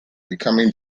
becoming